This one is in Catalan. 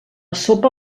sopa